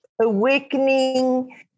awakening